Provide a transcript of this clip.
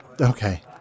Okay